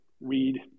read